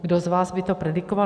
Kdo z vás by to predikoval?